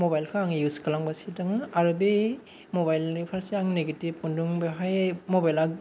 मबाइलखौ आं युस खालामगासिनो दं आरो बे मबाइलनि फारसे आं नेगेटिभ मोनदों बेवहाय मबेला